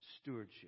Stewardship